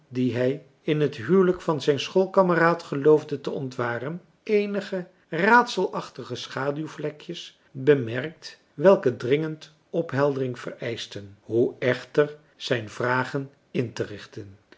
die hij in het huwelijk van zijn schoolkameraad geloofde te ontmarcellus emants een drietal novellen waren eenige raadselachtige schaduwvlekjes bemerkt welke dringend opheldering vereischten hoe echter zijn vragen interichten